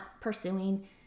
pursuing